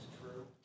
true